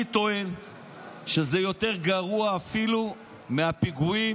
אני טוען שזה יותר גרוע אפילו מהפיגועים